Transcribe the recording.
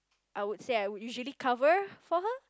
I would say I would usually cover for her